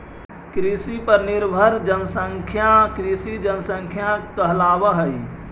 कृषि पर निर्भर जनसंख्या कृषि जनसंख्या कहलावऽ हई